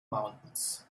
mountains